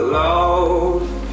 love